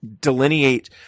delineate